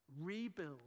Rebuild